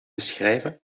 beschrijven